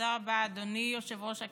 תודה רבה, אדוני יושב-ראש הכנסת.